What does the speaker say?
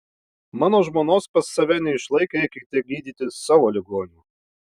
mano žmonos pas save neišlaikę eikite gydyti savo ligonių